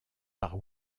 par